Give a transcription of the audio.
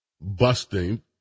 busting